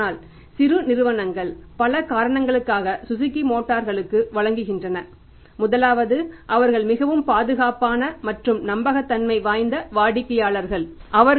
ஆனால் சிறு நிறுவனங்கள் பல காரணங்களுக்காக சுசுகி மோட்டர்களுக்கு வழங்குகின்றன முதலாவது அவர்கள் மிகவும் பாதுகாப்பான மற்றும் நம்பகத்தன்மை வாய்ந்த வாடிக்கையாளருக்கு வழங்குகிறார்கள்